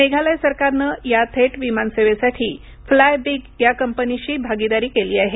मेघालय सरकारनं या थेट विमानसेवेसाठी फ्लायबिग कंपनीशी भागीदारी केली आहे